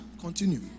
continue